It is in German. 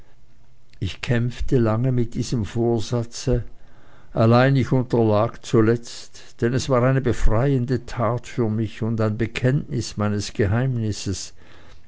ich kämpfte lange mit diesem vorsatze allein ich unterlag zuletzt denn es war eine befreiende tat für mich und ein bekenntnis meines geheimnisses